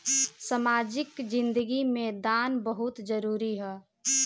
सामाजिक जिंदगी में दान बहुत जरूरी ह